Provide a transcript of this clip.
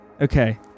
Okay